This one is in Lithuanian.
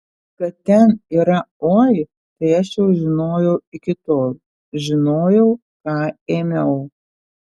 kad ten yra oi tai aš jau žinojau iki tol žinojau ką ėmiau